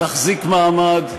תחזיק מעמד,